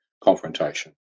confrontation